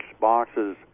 boxes